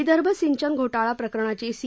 विदर्भ सिंचन घोटाळा प्रकरणाची सी